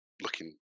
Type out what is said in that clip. looking